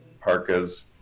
parkas